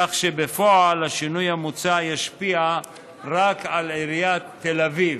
כך שבפועל השינוי המוצע ישפיע רק על עיריית תל אביב.